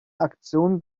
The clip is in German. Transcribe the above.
aktionen